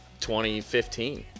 2015